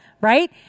right